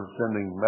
sending